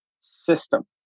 system